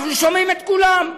אנחנו שומעים את כולם,